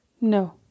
no